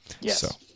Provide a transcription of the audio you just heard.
yes